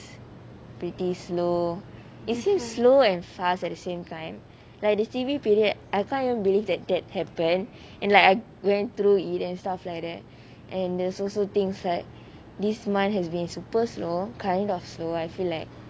pretty slow it seems slow and fast at the same time like this C_B period I can't even believe that that happen and like I went through it and stuff like that and there's also things like this month has been super slow kind of slow I feel like